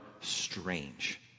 strange